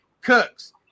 Cooks